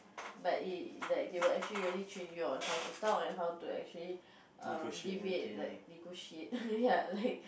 but it they will actually really train you on how to talk and how to actually um deviate like negotiate err like